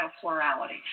plurality